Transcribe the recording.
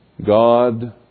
God